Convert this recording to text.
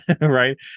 right